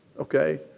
okay